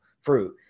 fruit